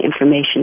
information